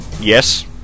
Yes